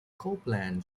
copeland